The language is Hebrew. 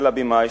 של הבמאי,